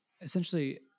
essentially